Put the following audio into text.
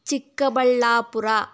Chikkaballapur